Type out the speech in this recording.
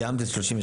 סיימת את 37?